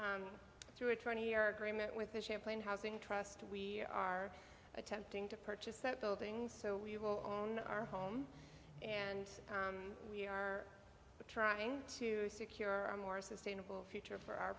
and through a twenty year agreement with the champlain housing trust we are attempting to purchase the buildings so we will own our home and we are trying to secure a more sustainable future for our